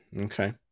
Okay